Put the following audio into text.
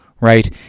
Right